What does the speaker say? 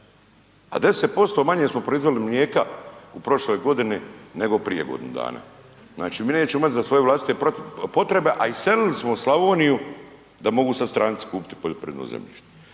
a 10% manje smo proizveli mlijeka prošle godine nego prije godinu dana. Znači mi nećemo imati za svoje vlastite potrebe, a iselili smo Slavoniju da mogu sad stranci kupiti poljoprivredno zemljište.